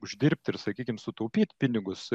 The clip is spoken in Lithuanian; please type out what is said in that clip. uždirbt ir sakykim sutaupyt pinigus